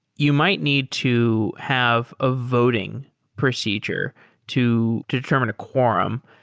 you might need to have a voting procedure to determine a quorum.